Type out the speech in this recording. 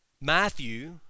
Matthew